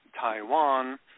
Taiwan